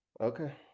Okay